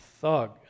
thug